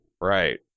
Right